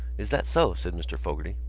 is that so? said mr. fogarty.